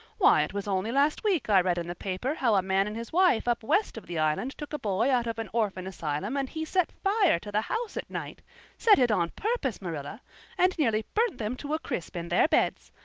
why, it was only last week i read in the paper how a man and his wife up west of the island took a boy out of an orphan asylum and he set fire to the house at night set it on purpose, marilla and nearly burnt them to a crisp in their beds.